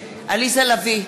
עליזה לביא,